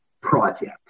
project